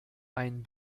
ein